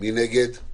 מי נגד?